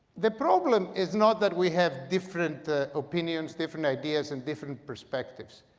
the problem is not that we have different opinions, different ideas, and different perspectives.